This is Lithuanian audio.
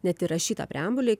net ir rašytą preambulei